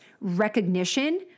recognition